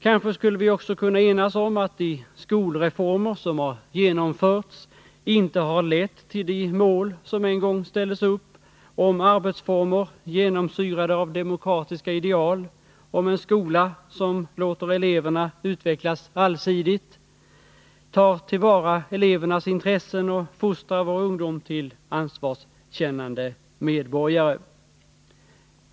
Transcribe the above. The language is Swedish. Kanske skulle vi också kunna enas om att de skolreformer som har genomförts inte har lett till de mål som en gång ställdes upp; arbetsformer genomsyrade av demokratiska ideal, en skola som låter eleverna utvecklas allsidigt, tar till vara elevernas intressen och fostrar vår ungdom till ansvarskännande medborgare.